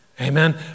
Amen